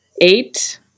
Eight